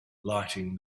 lighting